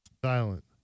silent